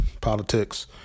politics